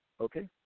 Okay